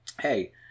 Hey